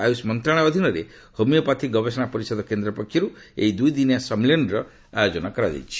ଆୟୁଷ୍ ମନ୍ତ୍ରଣାଳୟ ଅଧୀନରେ ହୋମିଓପ୍ୟାଥି ଗବେଷଣା ପରିଷଦ କେନ୍ଦ୍ର ପକ୍ଷରୁ ଏହି ଦୁଇଦିନିଆ ସମ୍ମିଳନୀର ଆୟୋଜନ କରାଯାଇଛି